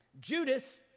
Judas